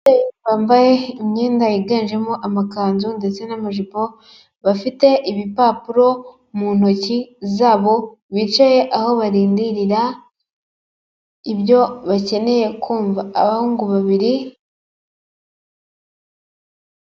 Abantu bambaye imyenda yiganjemo amakanzu ndetse n'amajipo, bafite ibipapuro mu ntoki zabo, bicaye aho barindirira ibyo bakeneye kumva. Abahungu babiri.